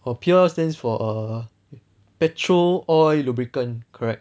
oh P_O_L stands for err petrol oil lubricant correct